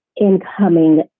incoming